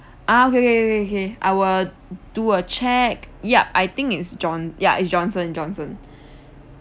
ah okay okay okay okay I will do a check ya I think is john ya it's johnson johnson